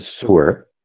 sewer